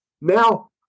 Now